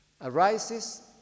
arises